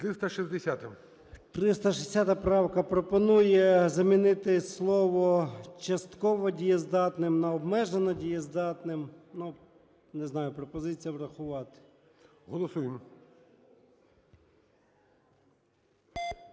360 правка пропонує замінити слово "частково дієздатним" на "обмежено дієздатним". Ну, не знаю, пропозиція врахувати. ГОЛОВУЮЧИЙ.